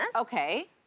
Okay